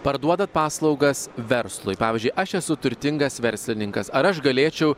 parduodat paslaugas verslui pavyzdžiui aš esu turtingas verslininkas ar aš galėčiau